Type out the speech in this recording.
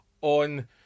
on